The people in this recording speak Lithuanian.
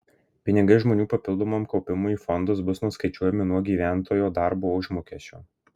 pinigai žmonių papildomam kaupimui į fondus bus nuskaičiuojami nuo gyventojo darbo užmokesčio